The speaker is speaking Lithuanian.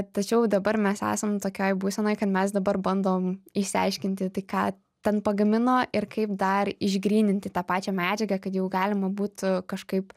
tačiau dabar mes esam tokioj būsenoj kad mes dabar bandom išsiaiškinti tai ką ten pagamino ir kaip dar išgryninti tą pačią medžiagą kad jau galima būtų kažkaip